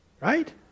right